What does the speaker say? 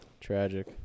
Tragic